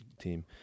team